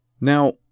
Now